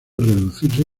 reducirse